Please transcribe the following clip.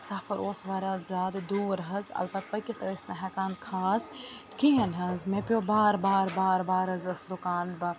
سَفر اوس واریاہ زیادٕ دوٗر حظ اَلبَتہٕ پٔکِتھ ٲسۍ نہٕ ہیٚکان خاص کِہیٖنۍ نَہ حظ مےٚ پٛیو بار بار بار بار حظ ٲسٕس رُکان بہٕ